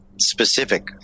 specific